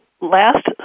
last